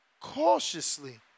cautiously